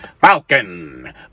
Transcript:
Falcon